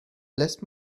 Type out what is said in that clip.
lässt